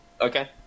Okay